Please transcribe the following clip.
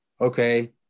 okay